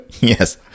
Yes